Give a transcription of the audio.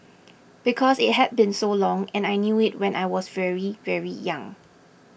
because it had been so long and I knew it when I was very very young